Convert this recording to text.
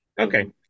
okay